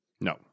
No